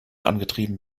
angetrieben